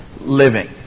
Living